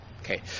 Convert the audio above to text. okay